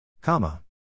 Comma